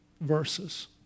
verses